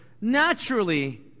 naturally